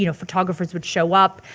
you know photographers would show up?